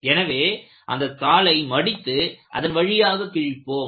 எனவே அந்தத் தாளை மடித்து அதன் வழியாக அதை கிழிப்போம்